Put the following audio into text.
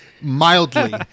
mildly